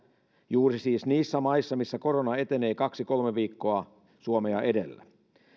juuri siis niissä maissa missä korona etenee kaksi kolme viikkoa suomea edellä